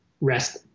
rest